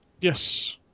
Yes